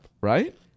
Right